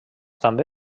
també